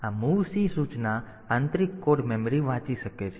તેથી આ movc સૂચના આંતરિક કોડ મેમરી વાંચી શકે છે